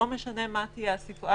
לא משנה מה תהיה הסיטואציה,